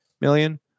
million